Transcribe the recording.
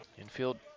Infield